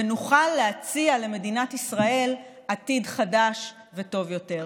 ונוכל להציע למדינת ישראל עתיד חדש וטוב יותר,